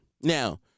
Now